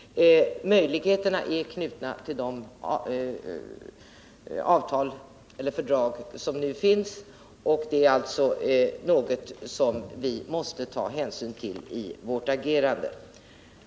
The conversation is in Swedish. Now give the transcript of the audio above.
Möjligheterna är knutna till de fördrag som nu finns. Det är alltså något som vi måste ta hänsyn till vid vårt agerande.